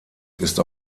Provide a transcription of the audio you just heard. ist